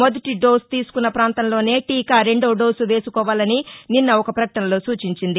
మొదటి డోస్ తీసుకున్నపాంతంలోనే టీకా రెండో డోసు వేసుకోవాలని నిన్న ఒక ప్రకటనలో సూచించింది